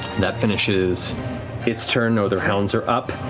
that finishes its turn. no other hounds are up.